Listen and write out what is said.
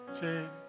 change